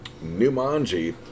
Numanji